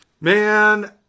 Man